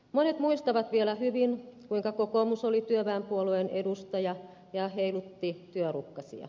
monet muistavat vielä hyvin kuinka kokoomus oli työväenpuolueen edustaja ja heilutti työrukkasia